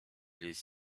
les